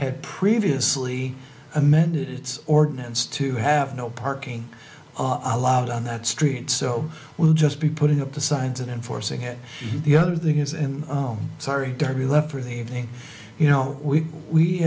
had previously amended its ordinance to have no parking allowed on that street so we'll just be putting up the signs and enforcing it and the other thing is i'm sorry derby left for the evening you know we we